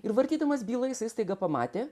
ir vartydamas bylą jisai staiga pamatė